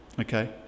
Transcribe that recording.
Okay